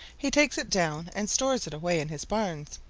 he takes it down and stores it away in his barns,